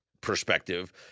perspective